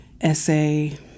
essay